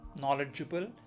knowledgeable